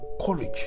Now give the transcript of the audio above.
courage